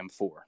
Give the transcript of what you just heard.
M4